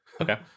Okay